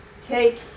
take